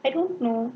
I don't know